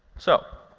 so